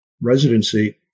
residency